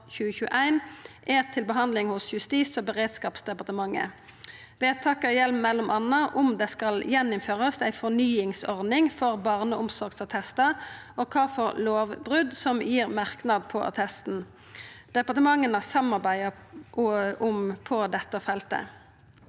2021 er til behandling hos Justis- og beredskapsdepartementet. Vedtaka gjeld m.a. om det skal gjeninnførast ei fornyingsordning for barneomsorgsattestar, og kva lovbrot som gir merknad på attesten. Departementa samarbeider på dette feltet.